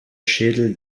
schädel